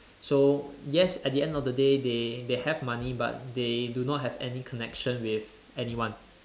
so yes at the end of the day they they have money but they do not have any connection with anyone